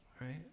Right